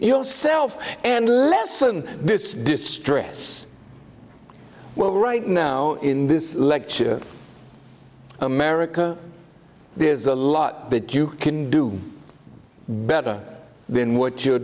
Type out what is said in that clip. yourself and lessen this distress well right now in this lecture america there's a lot but you can do better than what you're